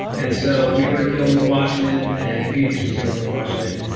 and so we were dealing with washington and phoenix was dealing with washington.